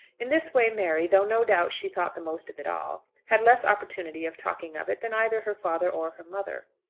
in this way mary, though no doubt she thought the most of it all, had less opportunity of talking of it than either her father or her mother.